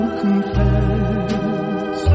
confess